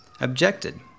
objected